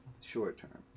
short-term